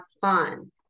fun